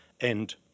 end